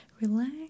relax